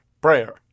prayer